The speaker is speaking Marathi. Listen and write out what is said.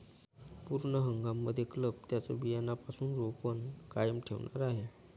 पूर्ण हंगाम मध्ये क्लब त्यांचं बियाण्यापासून रोपण कायम ठेवणार आहे